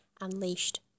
unleashed